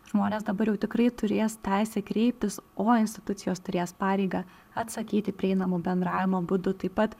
žmonės dabar jau tikrai turės teisę kreiptis o institucijos turės pareigą atsakyti prieinamu bendravimo būdu taip pat